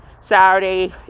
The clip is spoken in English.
Saturday